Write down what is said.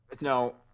no